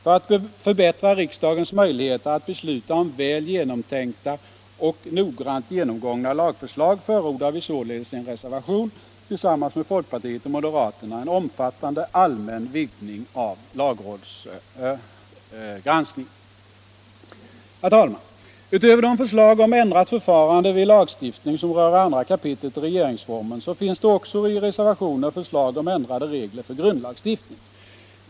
För att förbättra riksdagens möjligheter att besluta om väl genomtänkta och noggrant genomgångna lagförslag förordar vi således i en reservation tillsammans med folkpartiet och moderaterna en omfattande allmän vidgning av lagrådsgranskningen. Herr talman! Utöver de förslag om ändrat förfarande vid lagstiftning som rör 2 kap. regeringsformen finns det också i reservationer förslag om ändrade regler för grundlagsstiftning.